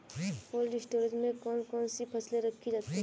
Cold storage में कौन कौन सी फसलें रखी जाती हैं?